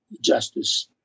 justice